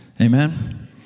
Amen